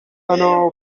فنا